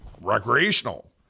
recreational